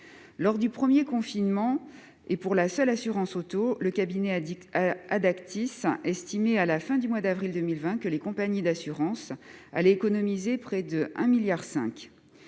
Lors du premier confinement et pour la seule assurance automobile, le cabinet Addactis a estimé, à la fin du mois d'avril 2020, que les compagnies d'assurances économiseraient près de 1,5 milliard